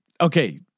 Okay